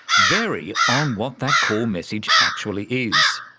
vary on what that core message actually is.